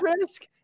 risk